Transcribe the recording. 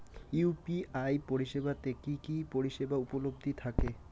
UPI পরিষেবা তে কি কি পরিষেবা উপলব্ধি থাকে?